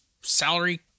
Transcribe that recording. Salary